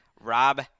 Rob